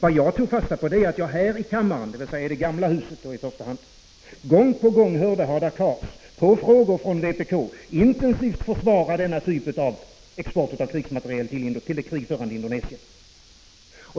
Vad jag tog fasta på är att jag här i kammaren, dvs. i det gamla huset i första hand, gång på gång hörde Hadar Cars på frågor från vpk intensivt försvara denna typ av krigsmaterielexport till det krigförande Indonesien.